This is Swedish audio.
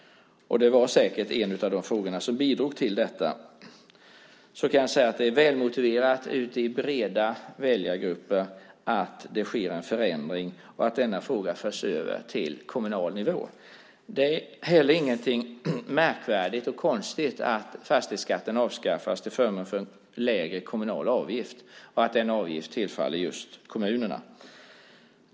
Det var säkert en av de frågor som bidrog till detta. Men jag kan säga att det i breda väljargrupper är välmotiverat att det sker en förändring och att denna fråga förs över till kommunal nivå. Det är heller ingenting märkvärdigt och konstigt att fastighetsskatten avskaffas till förmån för en lägre kommunal avgift och att en avgift tillfaller just kommunerna.